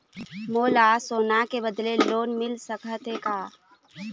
मोला सोना के बदले लोन मिल सकथे का?